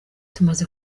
tumaze